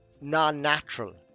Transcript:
non-natural